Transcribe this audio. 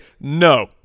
No